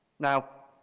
now,